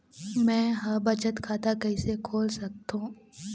मै ह बचत खाता कइसे खोल सकथों?